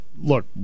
Look